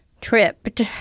tripped